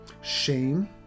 Shame